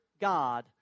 God